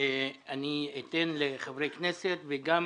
אני אאפשר לחברי הכנסת וגם